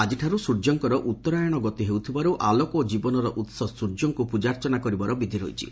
ଆକିଠାର୍ ସ୍ୟର୍ଯ୍ୟଙ୍କର ଉତ୍ତରାୟଣ ଗତି ହେଉଥିବାରୁ ଆଲୋକ ଓ ଜୀବନର ଉହ ସୂର୍ଯ୍ୟଙ୍କୁ ପୂଜାର୍ଚ୍ଚନା କରିବାର ବିଧି ରହିଛି